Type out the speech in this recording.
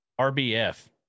RBF